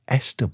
SW